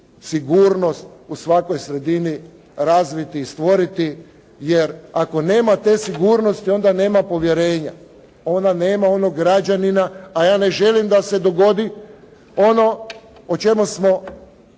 sigurnost u svakoj sredini razviti i stvoriti, jer ako nema te sigurnosti onda nema povjerenja. Ona nema onog građanina, a ja ne želim da se dogodi ono o čemu smo